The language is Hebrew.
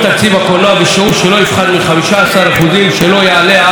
בשיעור שלא יפחת מ-15% ושלא יעלה על 20%,